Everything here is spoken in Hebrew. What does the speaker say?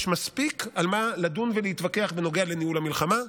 יש מספיק על מה לדון ולהתווכח בנוגע לניהול המלחמה,